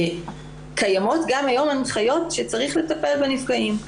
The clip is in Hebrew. קיימות גם היום הנחיות שצריך לטפל בנפגעים.